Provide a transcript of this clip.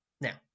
Now